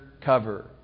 cover